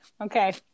Okay